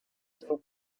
den